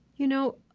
you know,